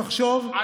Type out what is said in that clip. תחשוב,